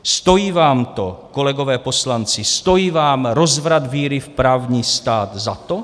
Stojí vám to, kolegové poslanci, stojí vám rozvrat víry v právní stát za to?